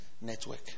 network